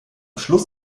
schluss